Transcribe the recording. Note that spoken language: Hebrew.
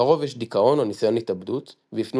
לרוב יש דכאון או ניסיון התאבדות ויפנו